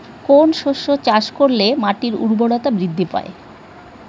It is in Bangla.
কোন শস্য চাষ করলে মাটির উর্বরতা বৃদ্ধি পায়?